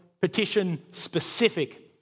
petition-specific